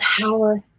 power